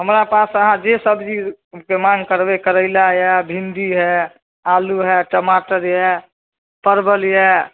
हमरा पास अहाँ जे सब्जीके माँग करबै करैला अइ भिण्डी हइ आलू हइ टमाटर अइ परवल अइ